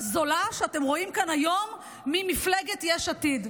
זולה שאתם רואים כאן היום ממפלגת יש עתיד.